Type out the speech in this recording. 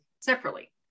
separately